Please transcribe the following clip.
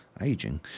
Aging